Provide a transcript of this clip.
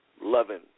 Loving